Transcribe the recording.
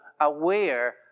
aware